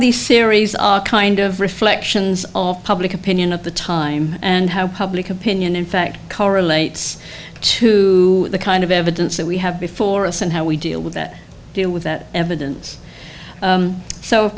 these series are kind of reflections of public opinion of the time and how public opinion in fact correlates to the kind of evidence that we have before us and how we deal with that deal with that evidence so of